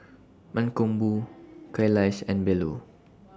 Mankombu Kailash and Bellur